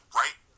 right